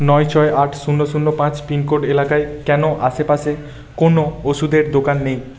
নয় ছয় আট শূন্য শূন্য পাঁচ পিনকোড এলাকায় কেন আশেপাশে কোনও ওষুধের দোকান নেই